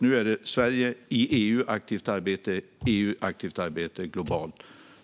Nu är Sverige i aktivt arbete i EU, och EU är i aktivt arbete globalt.